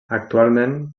actualment